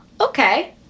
okay